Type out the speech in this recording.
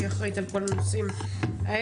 שהיא אחראית על כל הנושאים האלה.